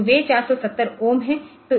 तो वे 470 ओम हैं